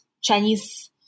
Chinese